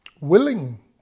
willing